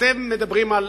אתם מדברים על